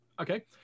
Okay